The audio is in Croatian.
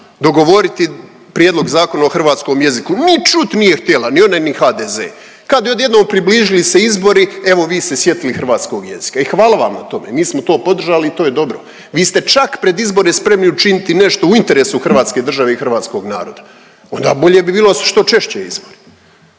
dogovoriti Prijedlog zakona o hrvatskom jeziku ni čut nije htjela ni ona, ni HDZ. Kad je odjednom približili se izbori evo vi se sjetili hrvatskog jezika i hvala vam na tome, mi smo to podržali i to je dobro. Vi ste čak pred izbore spremni učiniti nešto u interesu hrvatske države i hrvatskog naroda. Onda bolje bi bilo što češće izbori.